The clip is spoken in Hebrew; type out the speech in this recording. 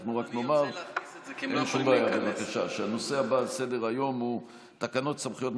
אני קובע שהצעת חוק הביטוח הלאומי (הוראת שעה,